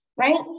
right